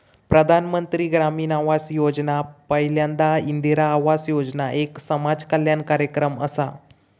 प्रधानमंत्री ग्रामीण आवास योजना पयल्यांदा इंदिरा आवास योजना एक समाज कल्याण कार्यक्रम असा